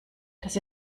das